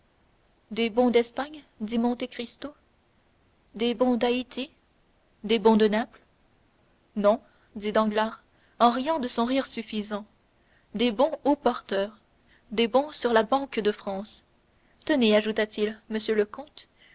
des bons d'espagne dit monte cristo des bons d'haïti des bons de naples non dit danglars en riant de son rire suffisant des bons au porteur des bons sur la banque de france tenez ajouta-t-il monsieur le comte